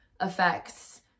effects